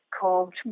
called